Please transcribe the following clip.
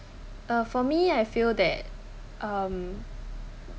uh for me I feel that um